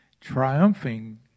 triumphing